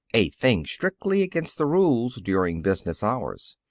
a thing strictly against the rules during business hours.